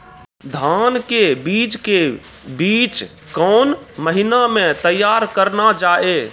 धान के बीज के बीच कौन महीना मैं तैयार करना जाए?